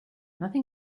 nothing